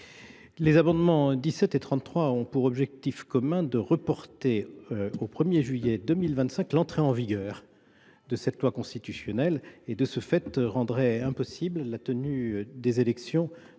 Les amendements n 17 et 33 ont tous deux pour objet de reporter au 1 juillet 2025 l’entrée en vigueur de cette loi constitutionnelle. Cela rendrait impossible la tenue des élections